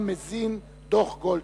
שמזין דוח-גולדסטון.